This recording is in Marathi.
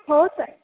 हो सर